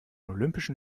olympischen